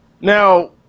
Now